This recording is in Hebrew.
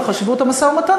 על חשיבות המשא-ומתן,